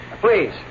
Please